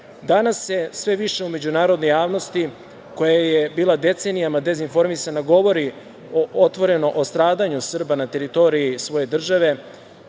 se sve više u međunarodnoj javnosti, koja je bila decenijama dezinformisana, govori otvoreno o stradanju Srba na teritoriji svoje države